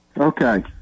Okay